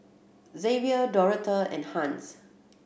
Xzavier Dorotha and Hans